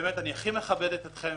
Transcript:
אני הכי מכבדת אתכן,